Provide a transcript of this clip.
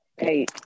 Hey